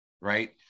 right